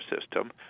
system